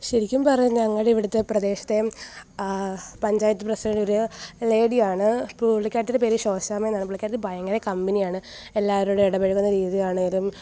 ശരിക്കും പറഞ്ഞ ഞങ്ങളുടെ അവിടുത്തെ പ്രദേശത്തെ പഞ്ചായത്ത് പ്രസിഡൻറ്റൊരു ലേഡിയാണ് പുള്ളിക്കാരിത്തീടെ പേര് ശോശാമ്മ എന്നാണ് പുള്ളിക്കാരത്തി ഭയങ്കര കമ്പനിയാണ് എല്ലാവരോടും ഇടപഴകുന്ന രീതിയാണേലും